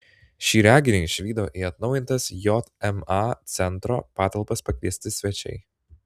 šį reginį išvydo į atnaujintas jma centro patalpas pakviesti svečiai